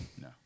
No